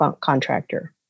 contractor